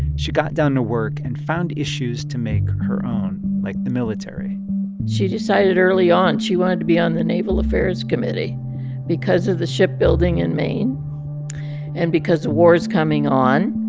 she got down to work and found issues to make her own, like the military she decided early on she wanted to be on the naval affairs committee because of the shipbuilding in maine and because a war is coming on.